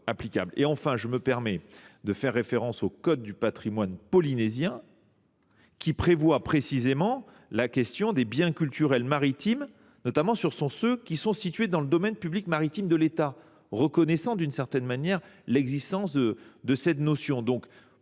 de simplifier le droit applicable. Enfin, le code du patrimoine polynésien traite précisément de la question des biens culturels maritimes, notamment de ceux qui sont situés dans le domaine public maritime de l’État, reconnaissant d’une certaine manière l’existence de cette notion.